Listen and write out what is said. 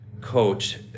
coach